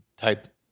type